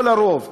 לא לרוב.